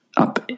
Up